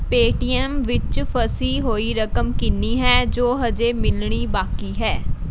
pay T M ਵਿੱਚ ਫਸੀ ਹੋਈ ਰਕਮ ਕਿੰਨੀ ਹੈ ਜੋ ਹਜੇ ਮਿਲਣੀ ਬਾਕੀ ਹੈ